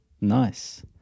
nice